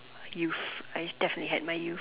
youth I definitely had my youth